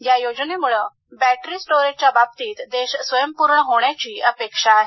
या योजनेमुळे बॅटरी स्टोरेजच्या बाबतीत देश स्वयंपूर्ण होण्याची अपेक्षा आहे